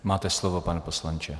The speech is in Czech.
Máte slovo, pane poslanče.